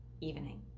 evening